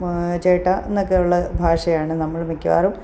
മാ ചേട്ടായെന്നൊക്കെ ഉള്ള ഭാഷയാണ് നമ്മൾ മിക്കവാറും